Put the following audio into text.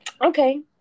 Okay